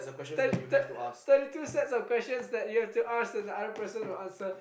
thir~ thir~ thirty two sets of questions that you have to ask and the other person will answer